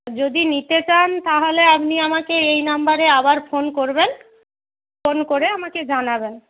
যদি নিতে চান তাহলে আপনি আপনাকে এই নাম্বারে আবার ফোন করবেন ফোন করে আমাকে জানাবেন